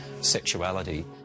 sexuality